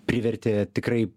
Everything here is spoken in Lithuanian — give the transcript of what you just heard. privertė tikrai